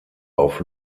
auf